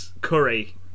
curry